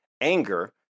anger